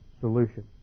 solution